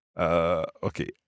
Okay